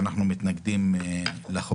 אנחנו נמצאים בישיבה של הצבעה על הסתייגויות על החוק.